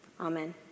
Amen